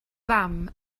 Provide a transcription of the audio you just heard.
fam